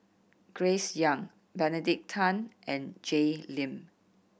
Grace Young Benedict Tan and Jay Lim